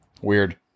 Weird